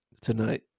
tonight